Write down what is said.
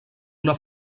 una